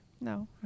No